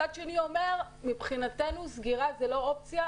צד שני אומר שסגירה זו לא אופציה.